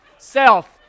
Self